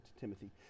Timothy